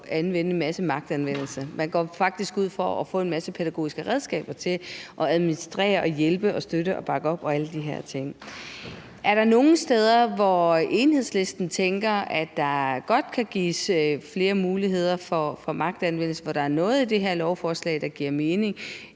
og bruge en masse magtanvendelse; man går faktisk ud for at bruge en masse pædagogiske redskaber til at administrere og hjælpe og støtte og bakke op og alle de her ting. Er der nogen steder, hvor Enhedslisten tænker at der godt kan gives flere muligheder for magtanvendelse, og hvor der er noget i det her lovforslag, der giver mening,